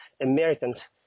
Americans